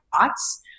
thoughts